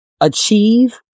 achieve